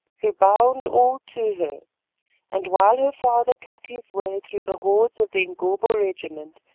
who bound all to her and, while her father cut his way through the hordes of the ingobo regiment,